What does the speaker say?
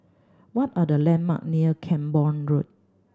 what are the landmarks near Camborne Road